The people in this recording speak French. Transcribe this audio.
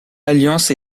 alliance